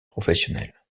professionnelle